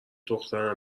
دختر